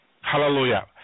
hallelujah